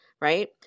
Right